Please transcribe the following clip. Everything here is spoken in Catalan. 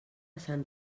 sant